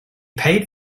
paid